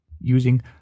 using